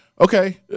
okay